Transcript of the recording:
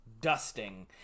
dusting